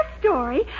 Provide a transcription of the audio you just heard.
story